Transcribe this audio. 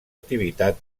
activitat